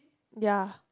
ya